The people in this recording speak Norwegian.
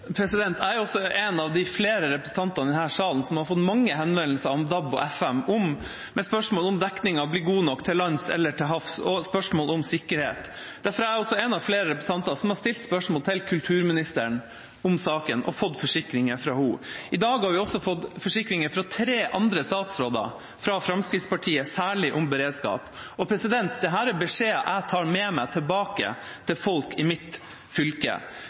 Jeg er også en av flere representanter her i salen som har fått mange henvendelser om DAB og FM, med spørsmål om dekningen blir god nok til lands eller til havs, og spørsmål om sikkerhet. Derfor er jeg også en av flere representanter som har stilt spørsmål til kulturministeren om saken og fått forsikringer fra henne. I dag har vi også fått forsikringer fra tre andre statsråder, fra Fremskrittspartiet, særlig om beredskap. Dette er beskjeder jeg tar med meg tilbake til folk i mitt fylke.